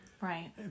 Right